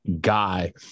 guy